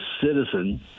citizen